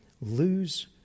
lose